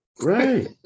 right